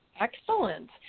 Excellent